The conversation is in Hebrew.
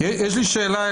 לברך הם